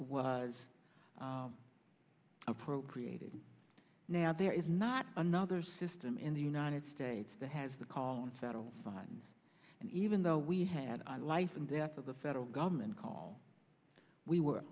was appropriated now there is not another system in the united states that has the call on federal funding and even though we had a life and death of the federal government call we were